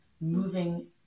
moving